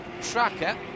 tracker